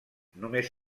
només